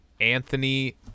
Anthony